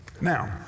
Now